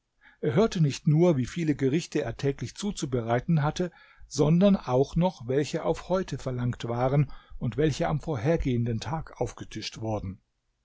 er hörte nicht nur wie viele gerichte er täglich zuzubereiten hatte sondern auch noch welche auf heute verlangt waren und welche am vorhergehenden tag aufgetischt worden